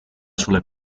sulle